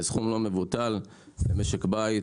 זה סכום לא מבוטל למשק בית,